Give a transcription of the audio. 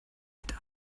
mit